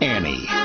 Annie